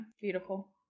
beautiful